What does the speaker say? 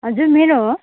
हजुर मेरो हो